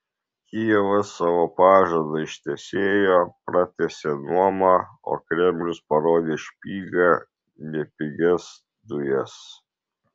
kijevas savo pažadą ištesėjo pratęsė nuomą o kremlius parodė špygą ne pigias dujas